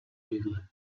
židle